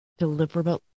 deliverable